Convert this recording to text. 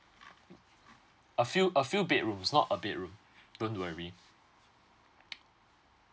a few a few bedrooms not a bedroom don't worry